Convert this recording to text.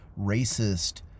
racist